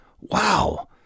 wow